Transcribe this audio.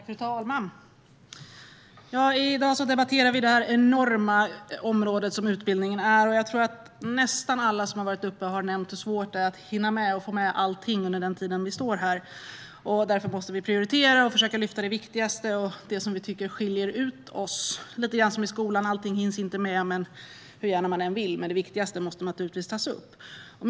Fru talman! I dag debatterar vi det enorma område som utbildningen utgör. Nästa alla i talarstolen har nämnt hur svårt det är att hinna med allting. Därför måste vi prioritera och lyfta fram det viktigaste och det som skiljer ut oss. Men det är som i skolan: Allt hinns inte med hur gärna man än vill. Men man måste naturligtvis hinna med det viktigaste.